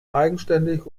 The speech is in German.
eigenständig